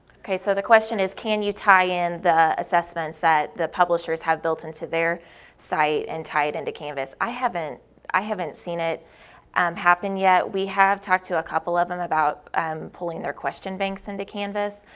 okay, so the question is can you tie in the assessments that the publishers have built into their site and tie it into canvas. i haven't i haven't seen it um happen yet, we have talked to a couple of them about pulling their question banks into canvas,